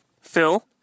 Phil